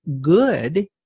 good